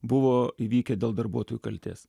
buvo įvykę dėl darbuotojų kaltės